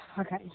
Okay